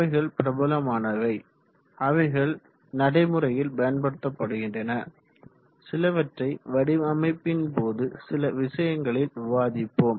அவைகள் பிரபலமானவை அவைகள் நடைமுறையில் பயன்படுத்தப்படுகின்றன சிலவற்றை வடிவமைப்பின் போது சில விஷயங்களில் விவாதிப்போம்